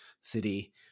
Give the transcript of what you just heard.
city